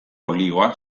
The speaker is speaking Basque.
olioa